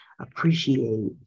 appreciate